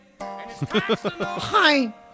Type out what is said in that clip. Hi